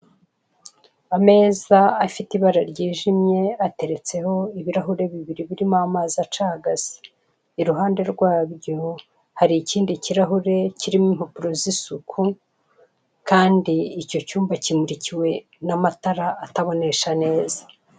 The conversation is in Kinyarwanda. Ameza afite ibara ryijimye ateretseho ibirahure bibiri birimo amazi acagase iruhande rwabyo hari ikindi kirahure kirimo impapuro z'isuku kandi icyo cyumba kimurikiwe n'amatara atabonesha neza.